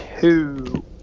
two